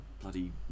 bloody